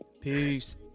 Peace